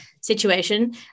situation